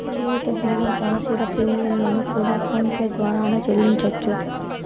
జీవిత భీమా పాలసీల ప్రీమియం లను కూడా ఫోన్ పే ద్వారానే చెల్లించవచ్చు